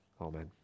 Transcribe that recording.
Amen